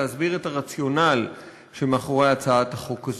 להסביר את הרציונל שמאחורי הצעת החוק הזו.